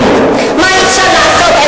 מה אי-אפשר לעשות,